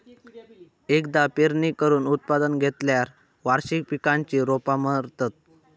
एकदा पेरणी करून उत्पादन घेतल्यार वार्षिक पिकांची रोपा मरतत